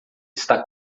está